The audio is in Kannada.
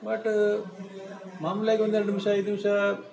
ಬಟ್ಟೂ ಮಾಮೂಲಾಗಿ ಒಂದೆರಡು ನಿಮಷ ಐದು ನಿಮಿಷ